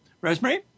Rosemary